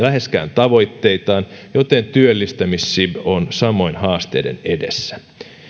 tavoitteitaan joten työllistämis sib on samojen haasteiden edessä